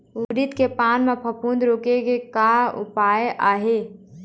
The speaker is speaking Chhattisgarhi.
उरीद के पान म फफूंद रोके के का उपाय आहे?